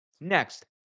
Next